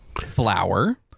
Flour